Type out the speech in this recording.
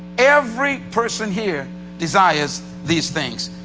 every person here desires these things.